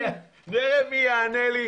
נראה מי יענה לי,